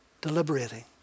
deliberating